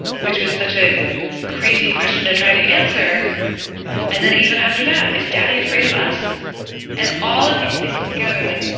which was such a crazy question to try to answer and then even after that. is daddy afraid of us and all of these things together, like